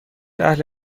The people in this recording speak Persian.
اهل